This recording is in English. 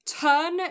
turn